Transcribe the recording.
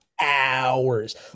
hours